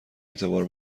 اعتبار